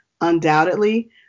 undoubtedly